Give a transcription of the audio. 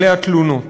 עליה תלונות